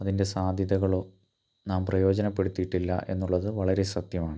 അതിൻ്റെ സാധ്യതകളോ നാം പ്രയോജനപ്പെടുത്തിയിട്ടില്ല എന്നുള്ളത് വളരെ സത്യമാണ്